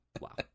Wow